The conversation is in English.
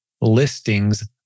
listings